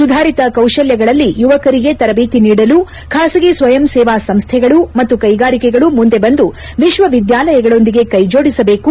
ಸುಧಾರಿತ ಕೌಶಲ್ಲಗಳಲ್ಲಿ ಯುವಕರಿಗೆ ತರಬೇತಿ ನೀಡಲು ಖಾಸಗಿ ಸ್ವಯಂಸೇವಾ ಸಂಸ್ಥೆಗಳು ಮತ್ತು ಕೈಗಾರಿಕೆಗಳು ಮುಂದೆ ಬಂದು ವಿಶ್ವವಿದ್ಯಾಲಯಗಳೊಂದಿಗೆ ಕೈಜೋಡಿಸಬೇಕು